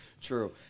True